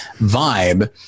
vibe